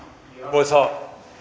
arvoisa